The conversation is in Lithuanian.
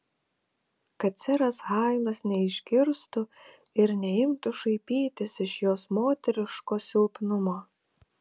kad seras hailas neišgirstų ir neimtų šaipytis iš jos moteriško silpnumo